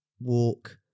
walk